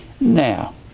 Now